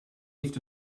heeft